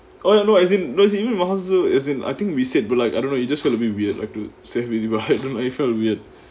oh no as in no as in மாசு:maasu as in I think we said but like I don't know it just felt a bit weird like to say it but I don't know it felt weird